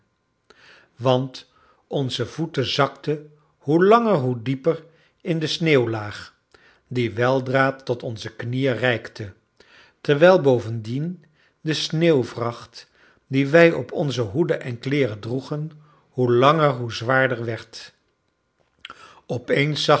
want onze voeten zakten hoe langer hoe dieper in de sneeuwlaag die weldra tot onze knieën reikte terwijl bovendien de sneeuwvracht die wij op onze hoeden en kleeren droegen hoe langer hoe zwaarder werd opeens